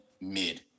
mid